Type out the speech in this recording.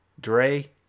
Dre